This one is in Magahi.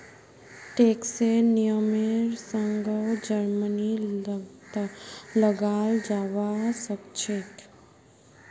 टैक्सेर नियमेर संगअ जुर्मानो लगाल जाबा सखछोक